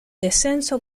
descenso